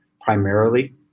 primarily